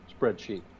spreadsheet